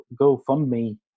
GoFundMe